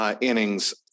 innings